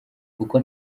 kuko